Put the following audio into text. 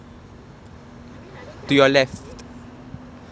I mean I don't think I want my legs